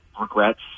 regrets